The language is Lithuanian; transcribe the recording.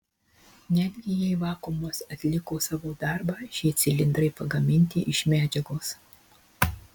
netgi jei vakuumas atliko savo darbą šie cilindrai pagaminti iš medžiagos